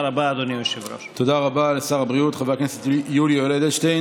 של קבוצת סיעת ימינה לסעיף